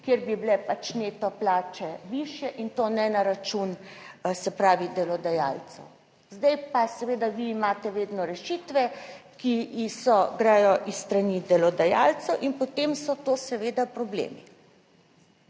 kjer bi bile neto plače višje in to ne na račun, se pravi delodajalcev. Zdaj pa seveda vi imate vedno rešitve, ki grejo s strani delodajalcev in potem so to seveda problemi.